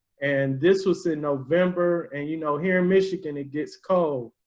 and this was in november, and you know, here in michigan, it gets cold.